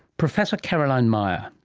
professor caroline meyer.